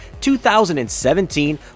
2017